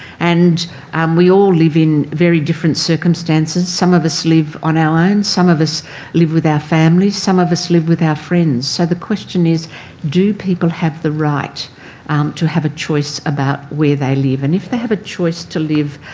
and and we all live in very different circumstances. some of us live on our own. and some of us live with our family. some of us live with our friends. so the question is do people have the right um to have a choice about where they live. and if they have a choice to live